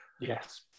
Yes